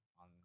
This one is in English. on